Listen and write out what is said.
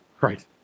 Right